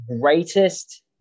greatest